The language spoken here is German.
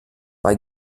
bei